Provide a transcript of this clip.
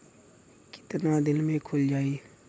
कितना दिन में खुल जाई?